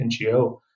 NGO